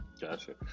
gotcha